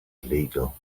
illegal